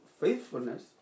faithfulness